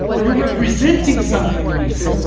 you're representing something when you say a